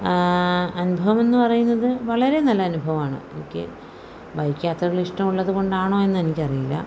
അനുഭവംന്ന് എന്നു പറയുന്നത് വളരെ നല്ല അനുഭവമാണ് എനിക്ക് ബൈക്ക് യാത്രകൾ ഇഷ്ടമുള്ളതുകൊണ്ടാണോ എന്ന് എനിക്കറിയില്ല